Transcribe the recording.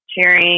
cheering